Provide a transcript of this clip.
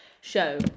Show